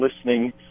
listening